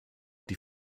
die